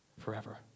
forever